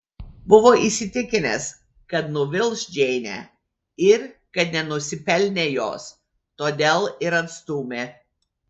buvo įsitikinęs kad nuvils džeinę ir kad nenusipelnė jos todėl ir atstūmė